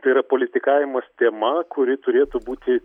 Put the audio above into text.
tai yra politikavimas tema kuri turėtų būti